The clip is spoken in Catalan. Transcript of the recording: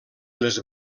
les